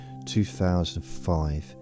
2005